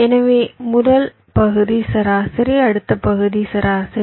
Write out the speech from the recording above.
எனவே முதல் பகுதி சராசரி அடுத்த பகுதி சராசரி